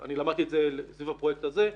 אני למדתי את זה סביב הפרויקט הזה,